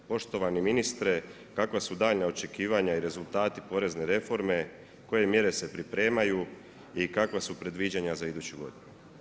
Poštovani ministre kakva su daljnja očekivanja i rezultati porezne reforme, koje mjere se pripremaju i kakva su predviđanja za iduću godinu?